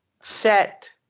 set